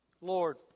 Lord